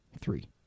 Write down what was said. three